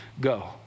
go